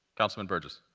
councilman burgess.